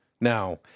Now